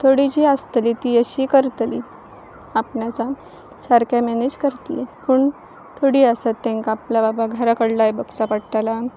थोडी जीं आसतलीं तीं अशीं करतलीं आपण्याचां सारकें मॅनेज करतलीं पूण थोडीं आसत तेंकां आपल्या बाबा घरा कडलाय बघचां पडटलां